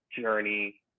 Journey